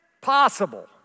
Possible